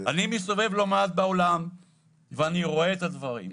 אני מסתובב לא מעט בעולם ואני רואה את הדברים,